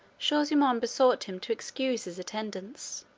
shaw-zummaun besought him to excuse his attendance,